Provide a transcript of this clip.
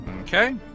Okay